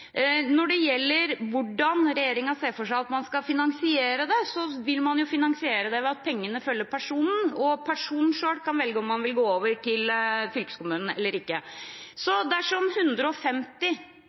Når det gjelder hvordan regjeringen ser for seg at man skal finansiere det, vil man finansiere det ved at pengene følger personen, og personen selv kan velge om han vil gå over til fylkeskommunen eller ikke.